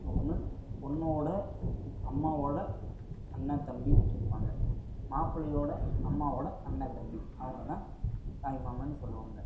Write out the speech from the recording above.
ஒன்று பொண்ணோடய அம்மாவோடய அண்ணன் தம்பி இருப்பாங்க மாப்பிளையோடய அம்மாவோடய அண்ணன் தம்பி அவங்கதான் தாய்மாமன் சொல்லுவாங்க